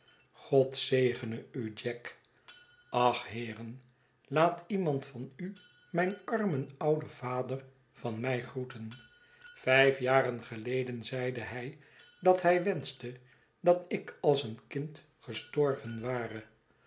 god zegene u jack ach heeren laat iemand van u mijn armen ouden vader van mij groeten vijf jaren geleden zeide hij dat hij wenschte dat ik als een kind gestorven ware